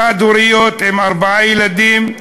חד-הוריות עם ארבעה ילדים,